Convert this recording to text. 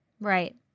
Right